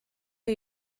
wir